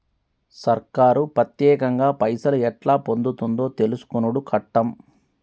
సర్కారు పత్యేకంగా పైసలు ఎట్లా పొందుతుందో తెలుసుకునుడు కట్టం